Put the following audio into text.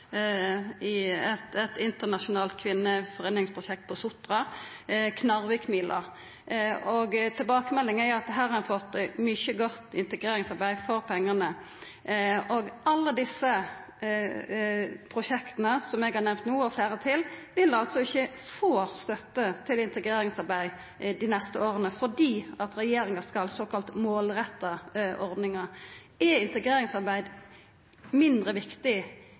eit internasjonalt kvinneforeiningsprosjekt på Sotra, og KnarvikMila. Tilbakemeldinga er at her har ein fått mykje godt integreringsarbeid for pengane. Alle desse prosjekta som eg har nemnt no – og fleire til – vil altså ikkje få støtte til integreringsarbeid dei neste åra fordi regjeringa skal laga ei såkalla målretta ordning. Er integreringsarbeid mindre viktig